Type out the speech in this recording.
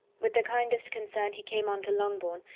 with the kindest concern he came on to longbourn,